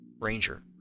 Ranger